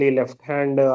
left-hand